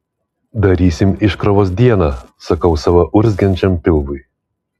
darysim iškrovos dieną sakau savo urzgiančiam pilvui